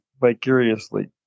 vicariously